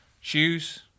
shoes